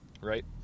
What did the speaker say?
Right